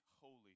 holy